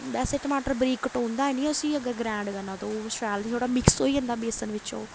वैसे टमाटर बरीक कटोंदा हैन्नी उस्सी अगर ग्राइंड करना ते ओह् शैल थोह्ड़ा मिक्स होई जंदा बेसन बिच्च